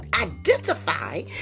identify